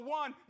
one